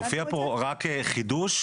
מופיע פה רק חידוש,